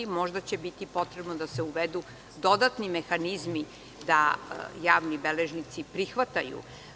Možda će biti potrebno da se uvedu dodatni mehanizmi da javni beležnici prihvataju.